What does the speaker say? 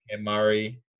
Murray